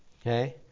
Okay